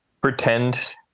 pretend